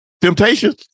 Temptations